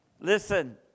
listen